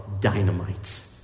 dynamite